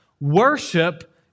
Worship